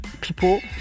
people